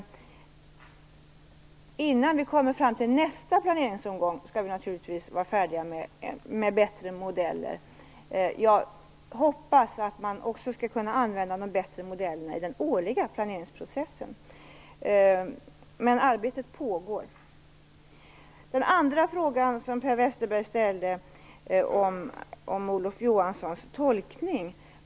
Innan vi kommer fram till nästa planeringsomgång skall vi naturligtvis vara färdiga med bättre modeller. Jag hoppas att man också skall kunna använda de bättre modellerna i den årliga planeringsprocessen. Arbetet pågår. Den andra frågan som Per Westerberg ställde var om jag delar Olof Johanssons tolkning.